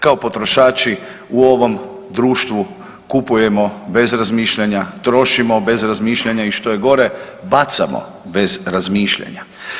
Kao potrošači u ovom društvu kupujemo bez razmišljanja, trošimo bez razmišljanja i što je gore bacamo bez razmišljanja.